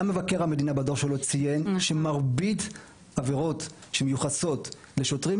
גם מבקר המדינה בדו"ח שלו ציין שמרבית עבירות שמיוחסות לשוטרים,